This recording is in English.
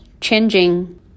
changing